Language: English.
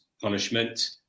punishment